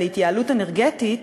להתייעלות אנרגטית,